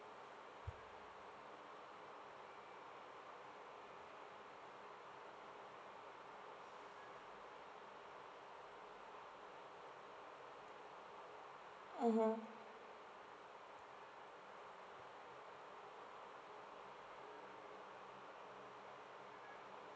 mmhmm